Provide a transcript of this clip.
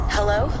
Hello